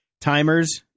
Timers